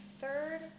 third